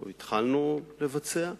או התחלנו לבצע.